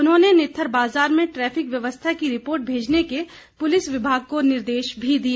उन्होंने नित्थर बाजार में ट्रेफिक व्यवस्था की रिपोर्ट भेजने के पुलिस विभाग को निर्देश भी दिए